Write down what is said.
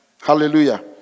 hallelujah